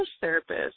therapist